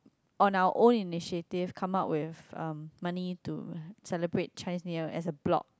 on our own initiative come out with um money to celebrate Chinese-New-Year as a block